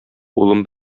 улым